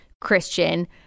Christian